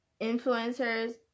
influencers